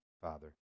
Father